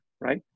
right